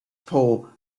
pole